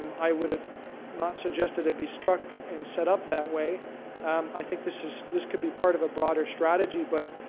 i would have not suggested it be struck and set up that way pchl i think this is this could be part of a broader strategy but,